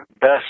best